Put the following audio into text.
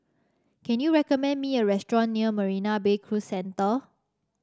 can you recommend me a restaurant near Marina Bay Cruise Centre